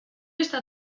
está